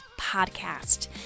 Podcast